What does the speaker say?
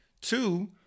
Two